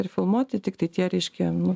ir filmuoti tiktai tie reiškia nu